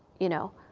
you know?